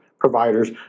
Providers